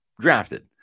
drafted